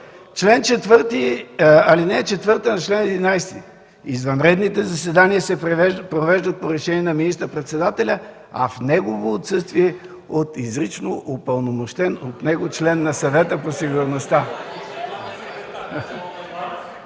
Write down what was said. е останала. Алинея 4 на чл. 11: „Извънредните заседания се провеждат по решение на министър-председателя, а в негово отсъствие – от изрично упълномощен от него член на Съвета по сигурността…”.